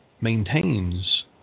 maintains